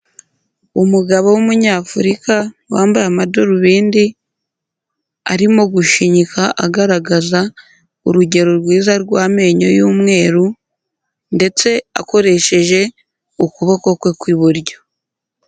Umugabo w'umunyafurika wambaye amadarubindi arimo gushinyika, agaragaza urugero rwiza rw'amenyo y'umweru ndetse akoresheje ukuboko kwe kw'iburyo.